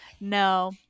No